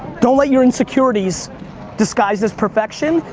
don't let your insecurities disguise as perfection,